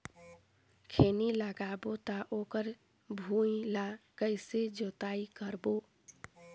खैनी लगाबो ता ओकर भुईं ला कइसे जोताई करबो?